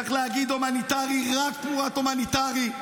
צריך להגיד שהומניטרי רק תמורת הומניטרי.